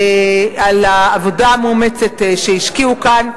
על העבודה המאומצת שהשקיעו כאן.